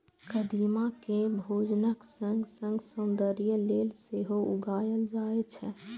कदीमा कें भोजनक संग संग सौंदर्य लेल सेहो उगायल जाए छै